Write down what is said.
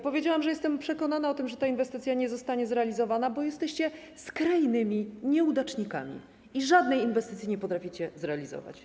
Powiedziałam, że jestem przekonana o tym, że ta inwestycja nie zostanie zrealizowana, bo jesteście skrajnymi nieudacznikami i żadnej inwestycji nie potraficie zrealizować.